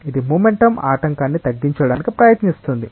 ఇది మొమెంటం ఆటంకాన్ని తగ్గించడానికి ప్రయత్నిస్తుంది